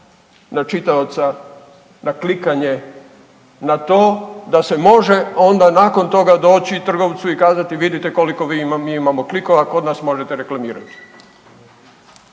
na čitaoca, na klikanje, na to da se može onda nakon toga doći trgovcu i kazati vidite koliko mi imamo klikova, kod nas možete reklamirati.